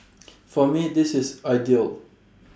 for me this is ideal